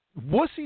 wussy